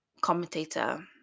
commentator